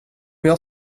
jag